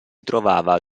trovava